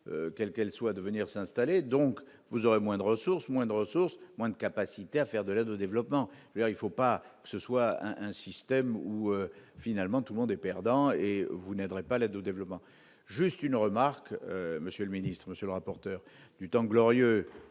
quelles qu'elles soient de venir s'installer, donc vous aurez moins de ressources, moins de ressources, moins de capacité à faire de l'aide au développement, bien il faut pas que ce soit un système où finalement tout le monde est perdant et vous n'aiderait pas l'aide au développement, juste une remarque, monsieur le ministre, monsieur le rapporteur du temps glorieux